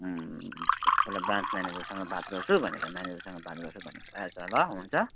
एकपल्ट ब्रान्च म्यानेजरसँग बात गर्छु भनेर म्यानेजरसँग बात गर्छु भने भइहाल्छ ल हुन्छ